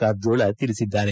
ಕಾರಜೋಳ ತಿಳಿಸಿದ್ದಾರೆ